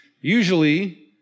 Usually